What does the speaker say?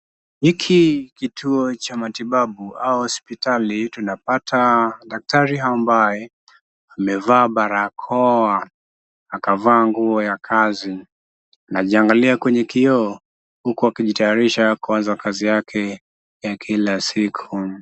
Hiki ni kituo cha matibabu au hospitali. Tunapata daktari ambaye amevaa barakoa akavaa nguo ya kazi. Anajiangalia kwenye kioo huku akijitayarisha kuanza kazi yake ya kila siku.